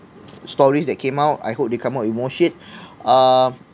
stories that came out I hope they come up with more shit uh